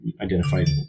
identified